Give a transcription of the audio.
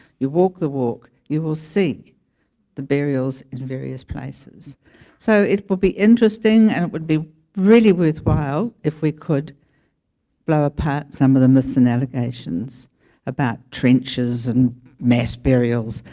you walk the walk you will see the burials in various places so it will be interesting and would be really worthwhile if we could blow apart some of the myths and allegations about trenches and mass burials,